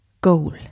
goal